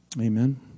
Amen